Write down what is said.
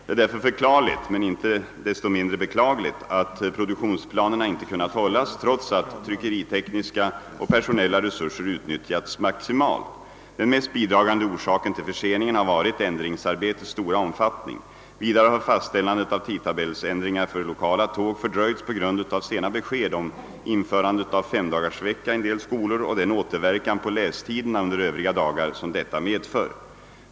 Det är därför förklarligt, men inte desto mindre beklagligt, att produktionsplanerna inte kunnat hållas, trots att tryckeritekniska och personella resurser utnyttjats maximalt. Den mest bidragande orsaken till förseningen har varit ändringsarbetets stora omfattning. Vidare har fastställandet av tidtabellsändringar för lokala tåg fördröjts på grund av sena besked om införandet av femdagarsvecka i en del skolor och den återverkan på lästiderna under övriga dagar som detta medför.